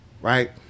right